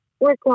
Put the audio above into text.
work